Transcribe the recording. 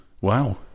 Wow